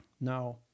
Now